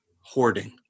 hoarding